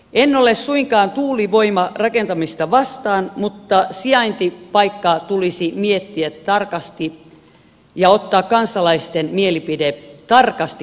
en ole suinkaan tuulivoimarakentamista vastaan mutta sijaintipaikkaa tulisi miettiä tarkasti ja ottaa kansalaisten mielipide tarkasti huomioon